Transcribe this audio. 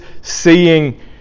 seeing